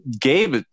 Gabe